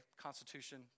Constitution